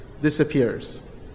disappears